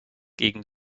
gegen